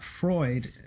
Freud